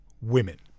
women